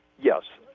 yes.